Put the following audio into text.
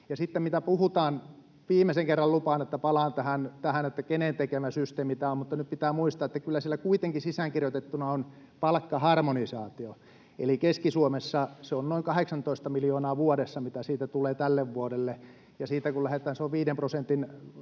sitten, mitä puhutaan — viimeisen kerran, lupaan, palaan tähän, kenen tekemä systeemi tämä on — nyt pitää muistaa, että kyllä siellä kuitenkin sisäänkirjoitettuna on palkkaharmonisaatio. Eli Keski-Suomessa se on noin 18 miljoonaa vuodessa, mitä siitä tulee tälle vuodelle, ja siitä kun lähdetään, se on viiden prosentin